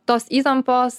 tos įtampos